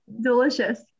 delicious